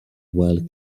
while